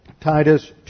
Titus